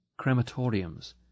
crematoriums